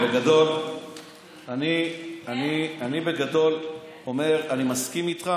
אני אומר שבגדול אני מסכים איתך.